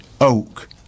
oak